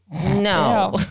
no